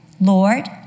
Lord